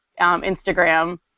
Instagram